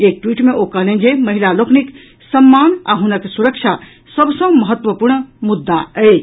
एक ट्वीट मे ओ कहलनि जे महिला लोकनिक सम्मान आ हुनक सुरक्षा सभ सॅ महत्वपूर्ण मुद्दा अछि